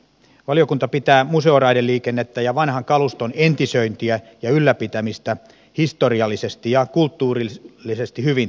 valiokunta pitää museoraideliikennettä ja vanhan kaluston entisöintiä ja ylläpitämistä historiallisesti ja kulttuurillisesti hyvin tärkeänä